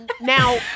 Now